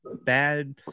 bad